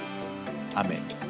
Amen